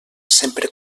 sempre